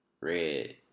red